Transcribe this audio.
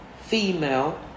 female